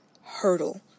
hurdle